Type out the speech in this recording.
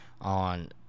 on